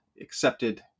accepted